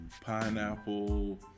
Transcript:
pineapple